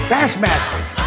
Bassmasters